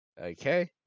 Okay